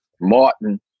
Martin